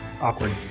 awkward